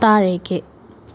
താഴേക്ക്